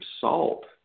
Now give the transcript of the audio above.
salt